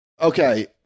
Okay